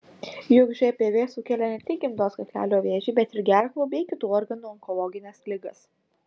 juk žpv sukelia ne tik gimdos kaklelio vėžį bet ir gerklų bei kitų organų onkologines ligas